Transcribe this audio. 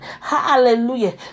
hallelujah